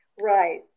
Right